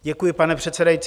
Děkuji, pane předsedající.